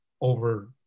over